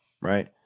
right